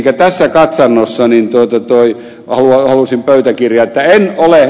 elikkä tässä katsannossa halusin pöytäkirjaan että en ole ed